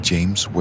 James